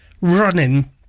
running